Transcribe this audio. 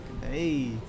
Hey